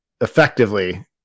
effectively